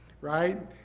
right